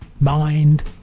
mind